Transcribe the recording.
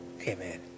Amen